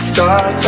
Start